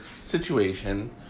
situation